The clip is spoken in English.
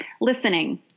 listening